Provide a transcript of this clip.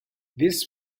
this